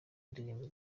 ndirimbo